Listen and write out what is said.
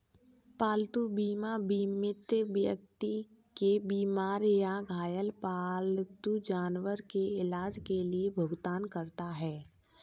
पालतू बीमा बीमित व्यक्ति के बीमार या घायल पालतू जानवर के इलाज के लिए भुगतान करता है